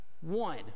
one